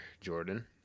Jordan